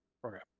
program